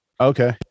Okay